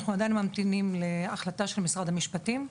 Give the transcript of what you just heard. אנחנו עדיין ממתינים להחלטה של משרד המשפטים.